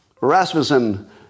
Rasmussen